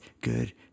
good